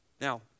Now